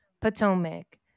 Potomac